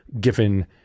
given